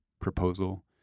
proposal